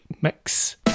mix